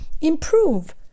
improve